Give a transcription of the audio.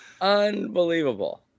unbelievable